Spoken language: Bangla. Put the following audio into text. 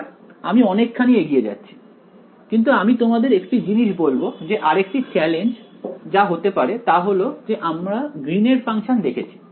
আবার আমি অনেকখানি এগিয়ে যাচ্ছি কিন্তু আমি তোমাদের একটি জিনিস বলব যে আরেকটি চ্যালেঞ্জ যা হতে পারে তা হল যে আমরা গ্রীনের ফাংশন দেখেছি